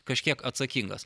kažkiek atsakingas